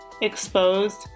exposed